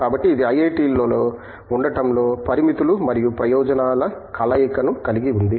కాబట్టి ఇది ఐఐటిలలో ఉండటంలో పరిమితులు మరియు ప్రయోజనాల కలయికను కలిగి ఉంది